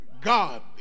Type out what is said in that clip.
God